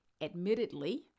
Admittedly